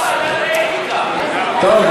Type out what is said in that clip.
טוב,